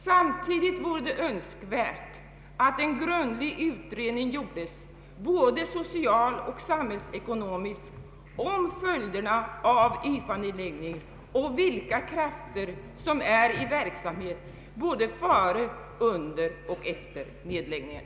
Samtidigt vore det önskvärt att en grundlig utredning gjordes — både en social och samhällsekonomisk — om följerna av YFA nedläggningen och om vilka krafter som är i verksamhet både före, under och efter nedläggningen.